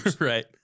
right